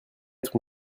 être